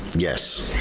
yes,